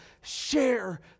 share